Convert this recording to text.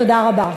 תודה רבה.